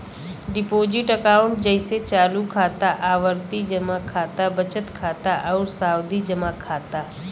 deposit account जइसे चालू खाता, आवर्ती जमा खाता, बचत खाता आउर सावधि जमा खाता